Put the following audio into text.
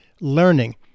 learning